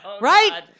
Right